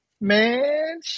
man